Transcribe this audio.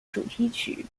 主题曲